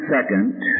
second